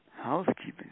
Housekeeping